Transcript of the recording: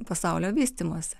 pasaulio vystymosi